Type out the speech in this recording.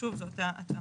שוב, זה אותה התאמה.